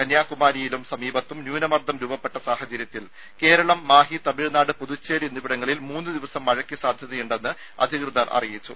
കന്യാകുമാരിയിലും സമീപത്തും ന്യൂനമർദ്ദം രൂപപ്പെട്ട സാഹചര്യത്തിൽ കേരളം മാഹി തമിഴ്നാട് പുതുച്ചേരി എന്നിവിടങ്ങളിൽ മൂന്നു ദിവസം മഴയ്ക്ക് സാധ്യതയുണ്ടെന്ന് അധികൃതർ അറിയിച്ചു